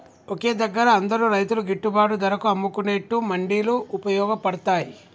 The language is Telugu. ఒకే దగ్గర అందరు రైతులు గిట్టుబాటు ధరకు అమ్ముకునేట్టు మండీలు వుపయోగ పడ్తాయ్